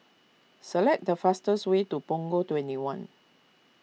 select the fastest way to Punggol twenty one